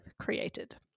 created